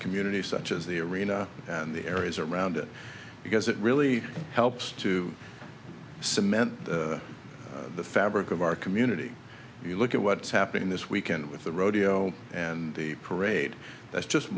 community such as the arena and the areas around it because it really helps to cement the fabric of our community if you look at what's happening this weekend with the rodeo and the parade that's just